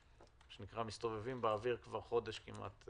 שמסתובבים באוויר חודש כמעט,